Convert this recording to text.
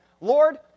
Lord